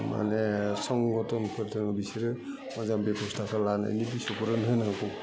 माने संगतनफोरजों बिसोरो मोजां बेब'स्थाखौ लानायनि सुबुरुन होनांगौ